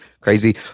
crazy